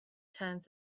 turns